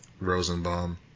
Rosenbaum